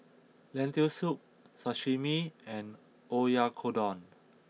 Lentil Soup Sashimi and Oyakodon